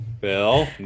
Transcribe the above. Bill